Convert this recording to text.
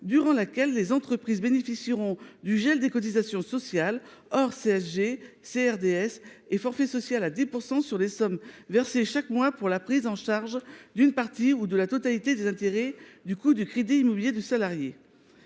durant laquelle les entreprises bénéficieront du gel des cotisations sociales, hors CSG, CRDS et forfait social à 20 %, sur les sommes versées chaque mois pour la prise en charge d’une partie ou de la totalité du coût des intérêts du crédit immobilier du salarié.